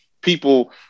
people